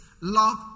Love